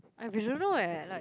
I we dont know eh like